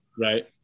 Right